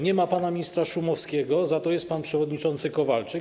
Nie ma pana ministra Szumowskiego, za to jest pan przewodniczący Kowalczyk.